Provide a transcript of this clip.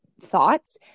thoughts